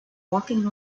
walking